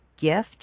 gift